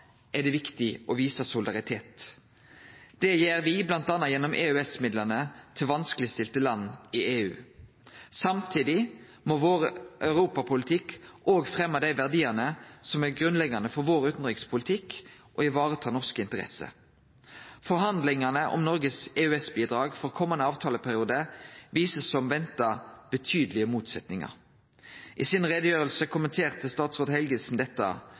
er det viktig å vise solidaritet. Det gjer me m.a. gjennom EØS-midlane til vanskelegstilte land i EU. Samtidig må vår europapolitikk òg fremje dei verdiane som er grunnleggjande for utanrikspolitikken vår, og vareta norske interesser. Forhandlingane om Noregs EØS-bidrag for den kommande avtaleperioden viser, som venta, betydelege motsetningar. I utgreiinga si kommenterte statsråd Helgesen dette